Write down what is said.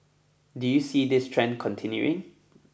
do you see this trend continuing